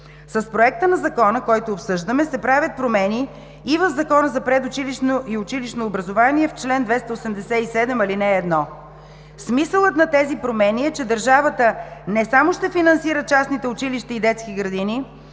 със Законопроекта, който обсъждаме, се правят промени и в Закона за предучилищно и училищно образование в чл. 287, ал. 1. Смисълът на тези промени е, че държавата не само ще финансира частните училища и детски градини,